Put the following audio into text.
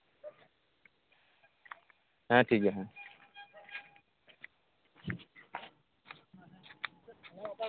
ᱦᱮᱸ ᱴᱷᱤᱠᱜᱮᱭᱟ ᱦᱮᱸ